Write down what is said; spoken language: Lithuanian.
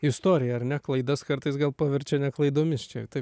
istorija ar ne klaidas kartais gal paverčia ne klaidomis čia jau taip